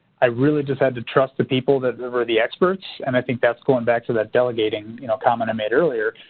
i really just had to trust the people that we're the experts and i think that's going back to that delegating you know comment i made earlier.